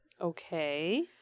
Okay